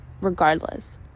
regardless